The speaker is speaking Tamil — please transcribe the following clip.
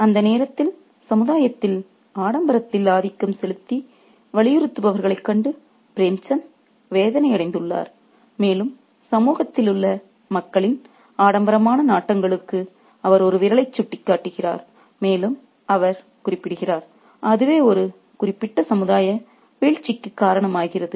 அந்த நேரத்தில் சமுதாயத்தில் அடம்பரத்தில் ஆதிக்கம் செலுத்தி வலியுறுத்துபவர்களைக் கண்டு பிரேம்சந்த் வேதனையடைந்துள்ளார் மேலும் சமூகத்தில் உள்ள மக்களின் ஆடம்பரமான நாட்டங்களுக்கு அவர் ஒரு விரலைச் சுட்டிக்காட்டுகிறார் மேலும் அவர் குறிப்பிடுகிறார் அதுவே ஒரு குறிப்பிட்ட சமுதாய வீழ்ச்சிக்குக்காரணமாகிறது